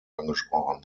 angesprochen